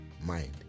mind